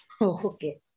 Okay